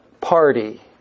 party